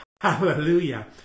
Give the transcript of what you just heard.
Hallelujah